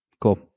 Cool